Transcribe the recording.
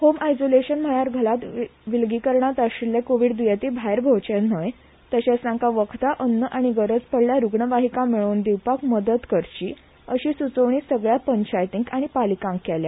home isolation म्हळयार घरात विलगीकरणात आशिल्ले कोविड दुयेंती भायर भोवचे न्हय तशेच तांका वखदा अन्न आनी गरज पडल्यार रूग्णवाहिका मेळोवन दिवपाक मदत करची अशी सुचोवणी सगळया पंचायतींक आनी पालिकांक केल्या